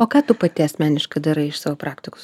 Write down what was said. o ką tu pati asmeniškai darai iš savo praktikos